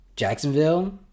Jacksonville